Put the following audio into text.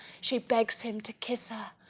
she begs him to kiss her.